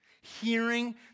hearing